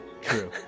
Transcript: True